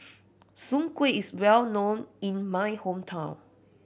soon kway is well known in my hometown